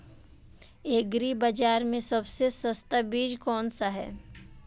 Agree बाज़ार में सबसे सस्ता बीज कौनसा है?